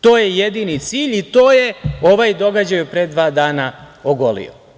To je jedini cilj i to je ovaj događaj pre dva dana ogolio.